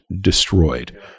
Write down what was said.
destroyed